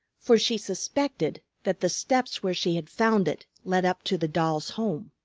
for she suspected that the steps where she had found it led up to the doll's home.